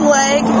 leg